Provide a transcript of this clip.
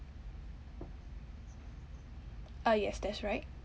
uh yes that's right